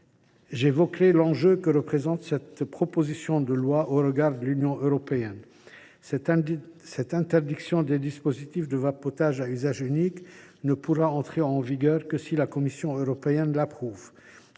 j’évoquerai l’enjeu que représente cette proposition de loi au regard de l’Union européenne. Cette interdiction des dispositifs de vapotage à usage unique ne pourra entrer en vigueur que si la Commission européenne l’approuve.